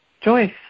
Joyce